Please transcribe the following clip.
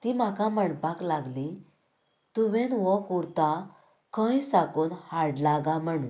ती म्हाका म्हणपाक लागलीं तुवेंन हो कुर्ता खंय साकून हाडला गा म्हणून